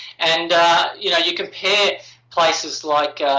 and you know you compare places like,